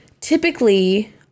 typically